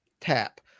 Tap